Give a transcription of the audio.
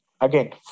again